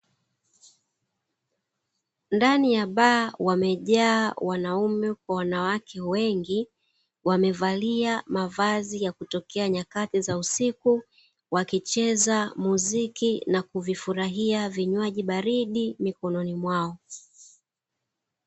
Ndani ya baa wamejaa wanaume kwa wanawake wengi wamevalia mavazi ya kutokea nyakati za usiku, wakicheza muziki na kuvifurahia vinywaji baridi mikononi mwao.